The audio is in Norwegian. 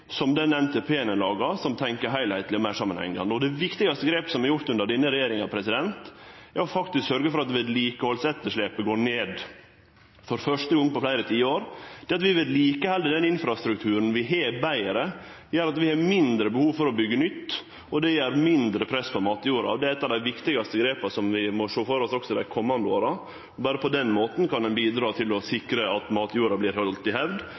som den NTP-en ein lagar, der ein tenkjer heilskapleg og meir samanhengande. Det viktigaste grepet som er gjort under denne regjeringa, er faktisk å sørgje for at vedlikehaldsetterslepet går ned – for første gong på fleire tiår. Det at vi vedlikeheld den infrastrukturen vi har, betre, gjer at vi har mindre behov for å byggje nytt, og det gjev mindre press på matjorda. Det er eit av dei viktigaste grepa som vi må sjå føre oss også dei komande åra. Berre på den måten kan ein bidra til å sikre at matjorda vert halden i hevd,